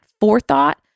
forethought